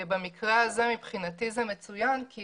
במקרה הזה מבחינתי זה מצוין כי